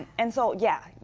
and so yeah,